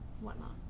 whatnot